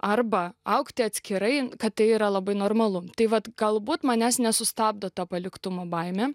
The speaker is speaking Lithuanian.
arba augti atskirai kad tai yra labai normalu tai vat galbūt manęs nesustabdo ta paliktumo baimė